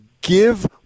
give